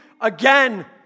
again